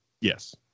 Yes